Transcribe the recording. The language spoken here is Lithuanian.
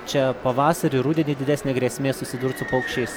čia pavasarį rudenį didesnė grėsmė susidurt su paukščiais